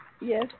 Yes